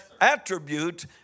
attribute